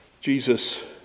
Jesus